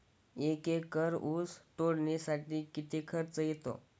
एक एकर ऊस तोडणीसाठी किती खर्च येतो?